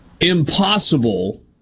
impossible